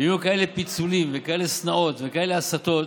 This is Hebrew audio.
ויהיו כאלה פיצולים וכאלה שנאות וכאלה הסתות,